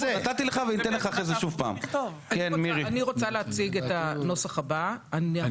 אני מבקשת להציג את הנוסח הבא --- אני